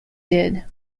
did